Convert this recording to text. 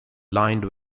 lined